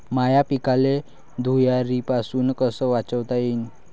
माह्या पिकाले धुयारीपासुन कस वाचवता येईन?